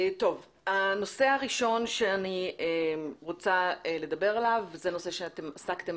הנושא הראשון שאני רוצה לדבר עליו זה נושא בו עסקתם